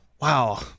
Wow